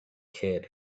kid